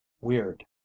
weird